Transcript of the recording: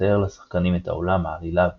לתאר לשחקנים את העולם, העלילה והמתרחש.